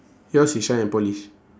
yours is shine and polish